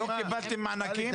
לא קיבלתם מענקים?